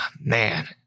man